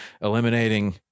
eliminating